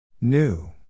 New